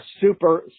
super